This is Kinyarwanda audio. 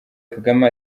kagame